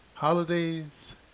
Holidays